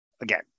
again